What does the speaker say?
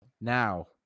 Now